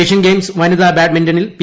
Asian games വനിതാ ബാഡ്മിന്റണിൽ P